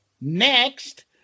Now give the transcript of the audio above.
next